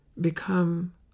become